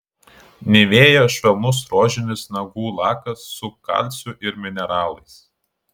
nivea švelnus rožinis nagų lakas su kalciu ir mineralais